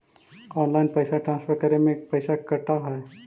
Online पैसा transfer करे में पैसा कटा है?